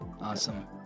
awesome